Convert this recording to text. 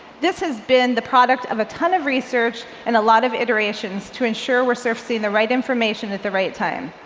this has been the product of a ton of research and a lot of iterations to ensure we're surfacing the right information at the right time.